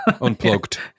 unplugged